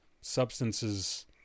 substances